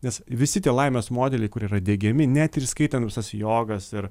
nes visi tie laimės modeliai kur yra diegiami net įskaitant visas jogas ir